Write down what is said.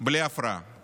אז